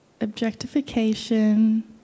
Objectification